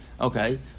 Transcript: Okay